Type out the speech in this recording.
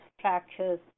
fractures